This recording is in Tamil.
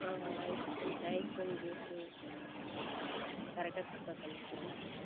ஆ ஐஸ்க்ரீம் ஐஸ்க்ரீம் ஜூஸ்ஸு கரெக்டாக ப்ரிப்பர் பண்ணி வைச்சிருங்க